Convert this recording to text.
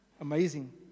Amazing